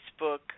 Facebook